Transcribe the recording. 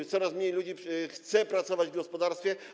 że coraz mniej ludzi chce pracować w gospodarstwie.